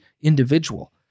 individual